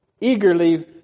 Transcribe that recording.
eagerly